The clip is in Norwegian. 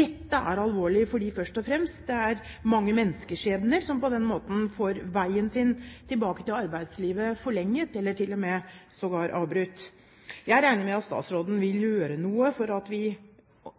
Dette er alvorlig, fordi det først og fremst er mange skjebner, mennesker som på den måten får veien tilbake til arbeidslivet forlenget, eller til og med avbrutt. Jeg regner med at statsråden vil gjøre noe for at vi